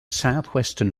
southwestern